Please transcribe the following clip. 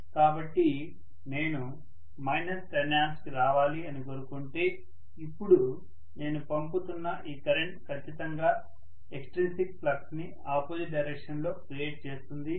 కాబట్టి నేను minus 10A కి రావాలి అని కోరుకుంటే ఇప్పుడు నేను పంపుతున్న ఈ కరెంట్ ఖచ్చితంగా ఎక్ట్రిన్సిక్ ఫ్లక్స్ ని అపోజిట్ డైరెక్షన్ లో క్రియేట్ చేస్తుంది